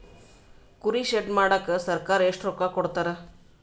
ಕುರಿ ಶೆಡ್ ಮಾಡಕ ಸರ್ಕಾರ ಎಷ್ಟು ರೊಕ್ಕ ಕೊಡ್ತಾರ?